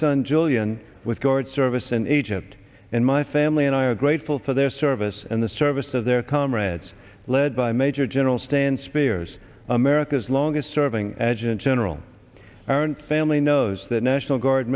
son julian with guard service in egypt and my family and i are grateful for their service and the service of their comrades led by major general stan spears america's longest serving edge in general aren't family knows that national guard